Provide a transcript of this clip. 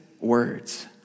words